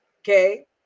Okay